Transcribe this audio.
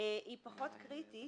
היא פחות קריטית